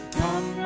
come